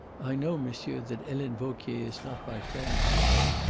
i know, monsieur, that helene vauquier is not my friend, she said.